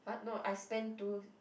[huh] no I spend two